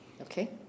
Okay